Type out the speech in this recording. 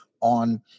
on